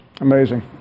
Amazing